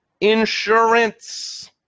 Insurance